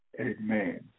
Amen